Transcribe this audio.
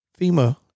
FEMA